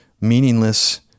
meaningless